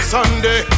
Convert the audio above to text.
Sunday